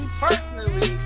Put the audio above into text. personally